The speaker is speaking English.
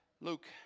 Luke